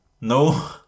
No